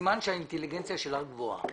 סימן שהאינטליגנציה שלך גבוהה.